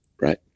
right